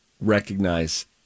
recognize